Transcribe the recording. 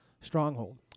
stronghold